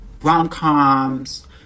rom-coms